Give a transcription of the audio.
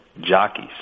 jockeys